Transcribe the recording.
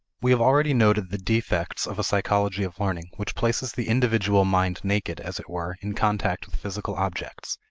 we have already noted the defects of a psychology of learning which places the individual mind naked, as it were, in contact with physical objects,